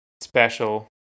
special